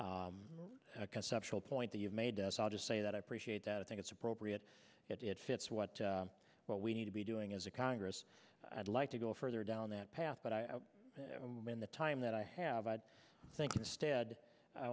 conceptual point that you've made us i'll just say that i appreciate that i think it's appropriate that it fits what what we need to be doing as a congress i'd like to go further down that path but when the time that i have i think instead i